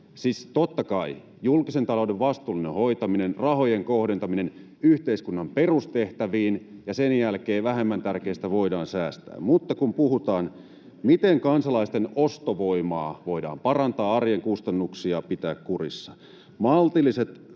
Siis totta kai julkisen talouden vastuullinen hoitaminen ja rahojen kohdentaminen yhteiskunnan perustehtäviin, mutta sen jälkeen vähemmän tärkeistä voidaan säästää. Kun puhutaan, miten kansalaisten ostovoimaa voidaan parantaa ja arjen kustannuksia pitää kurissa,